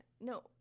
No